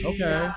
Okay